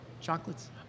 chocolates